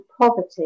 poverty